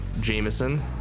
Jameson